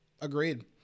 agreed